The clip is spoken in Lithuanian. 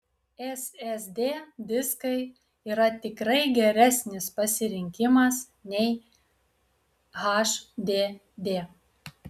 ssd diskai yra tikrai geresnis pasirinkimas nei hdd